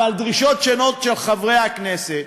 אבל דרישות שונות של חברי הכנסת,